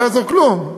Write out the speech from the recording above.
לא יעזור כלום,